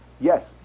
yes